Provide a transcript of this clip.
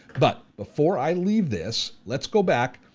but before i leave this, let's go back,